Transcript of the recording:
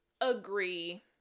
agree